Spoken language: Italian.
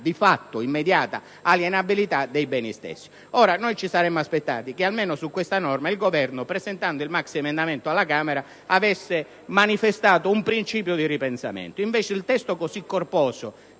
di fatto è l'immediata alienabilità dei beni stessi. Ci saremmo aspettati che, almeno su questa norma, il Governo, presentando il maxiemendamento alla Camera, manifestasse un principio di ripensamento: invece, il testo tanto corposo,